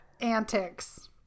Antics